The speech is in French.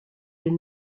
les